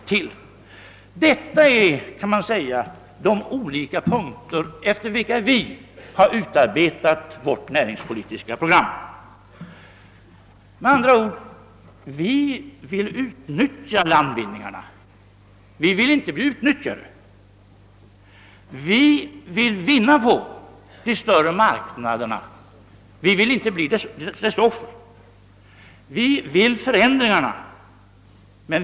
Detta är de olika punkter, efter vilka vi utarbetat vårt näringspolitiska program. Vi vill med andra ord utnyttja landvinningarna; vi vill inte bli utnyttjade. Vi vill vinna de större markna derna; vi vill inte bli deras offer.